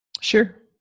Sure